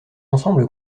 ensemble